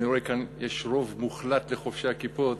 אני רואה כאן, יש רוב מוחלט לחובשי הכיפות,